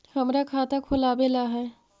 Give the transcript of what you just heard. हमरा खाता खोलाबे ला है?